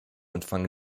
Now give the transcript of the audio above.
anfang